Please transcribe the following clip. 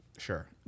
Sure